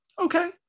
okay